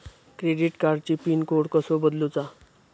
Credit कार्डची pin code कसो बदलुचा?